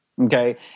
Okay